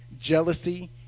jealousy